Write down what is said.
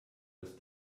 dass